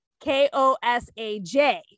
K-O-S-A-J